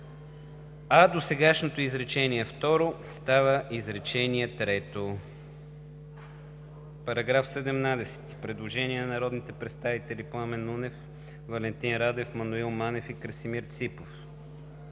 а досегашното изречение второ става изречение трето.“ По § 17 има предложение от народните представители Пламен Нунев, Валентин Радев, Маноил Манев и Красимир Ципов.